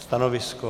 Stanovisko?